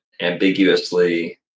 ambiguously